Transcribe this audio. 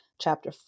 chapter